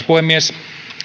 puhemies